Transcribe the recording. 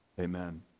Amen